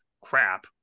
crap